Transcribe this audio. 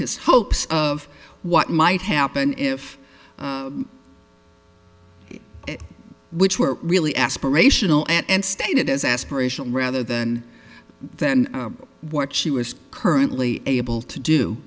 es hopes of what might happen if which were really aspirational and stated as aspirational rather than than what she was currently able to do